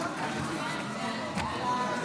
התרבות והספורט לצורך הכנתה לקריאה הראשונה.